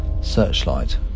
searchlight